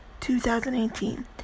2018